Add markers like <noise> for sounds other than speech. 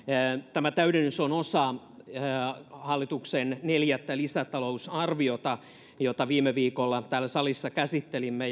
tämä täydennys on osa hallituksen neljättä lisätalousarviota jota viime viikolla täällä salissa käsittelimme <unintelligible>